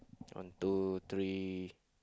one two three